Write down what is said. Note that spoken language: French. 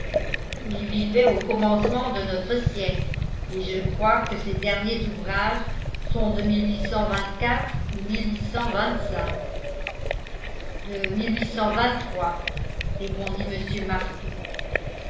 il vivait au commencement de notre siècle et je crois que ses derniers ouvrages sont de ou de répondit mr martout